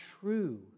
true